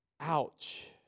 Ouch